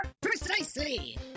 Precisely